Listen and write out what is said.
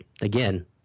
again